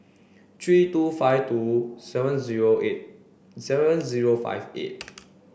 three two five two seven zero eight seven zero five eight